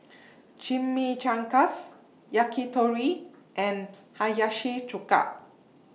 Chimichangas Yakitori and Hiyashi Chuka